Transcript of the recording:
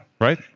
Right